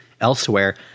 Elsewhere